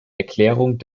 erklärung